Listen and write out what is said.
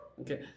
Okay